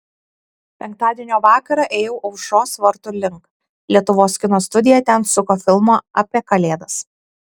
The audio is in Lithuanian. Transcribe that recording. penktadienio vakarą ėjau aušros vartų link lietuvos kino studija ten suko filmą apie kalėdas